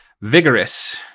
Vigorous